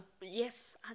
Yes